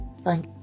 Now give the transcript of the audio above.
thank